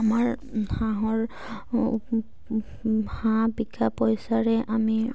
আমাৰ হাঁহৰ হাঁহ বিকা পইচাৰে আমি